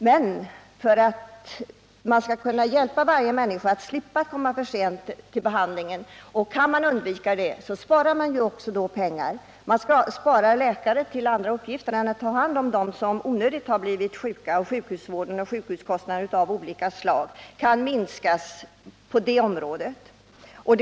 Men kan man undvika att människor kommer under behandling för sent, så sparar man ju med detta pengar. Man gör besparingar genom att läkare slipper ta hand om sådana patienter som i onödan har blivit sjuka, och besparingar görs därmed också när det gäller andra sjukhuskostnader av olika slag.